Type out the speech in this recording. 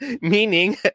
meaning